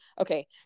okay